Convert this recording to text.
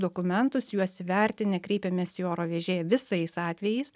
dokumentus juos įvertinę kreipiamės į oro vežėją visais atvejais